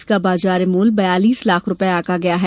इसका बाजार मूल्य बयालीस लाख रुपये आंका गया है